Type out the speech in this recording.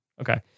Okay